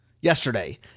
yesterday